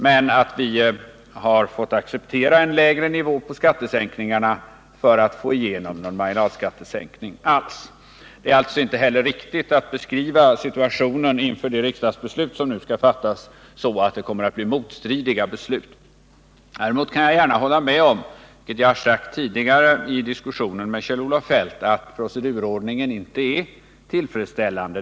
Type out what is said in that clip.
Men vi har fått acceptera en lägre nivå på skattesänkningarna för att få igenom någon marginalskattesänkning alls. Det är inte heller riktigt att beskriva situationen inför det beslut som nu skall fattas så att det kommer att bli motstridiga beslut. Däremot kan jag gärna hålla med om, vilket jag sagt tidigare i en diskussion med Kjell-Olof Feldt, att procedurordningen inte är tillfredsställande.